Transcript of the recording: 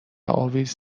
اویز